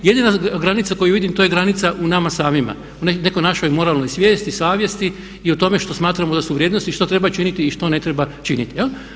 Jedina granica koju vidim to je granica u nama samima, u nekoj našoj moralnoj svijesti, savjesti i o tome što smatramo da su vrijednosti, što treba činiti i što ne treba činiti.